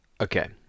Okay